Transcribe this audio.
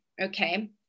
Okay